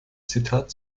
zitat